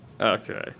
Okay